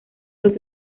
los